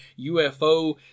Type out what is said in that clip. UFO